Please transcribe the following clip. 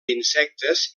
insectes